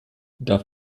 darf